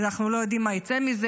אנחנו לא יודעים מה יצא מזה.